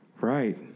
Right